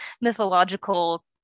mythological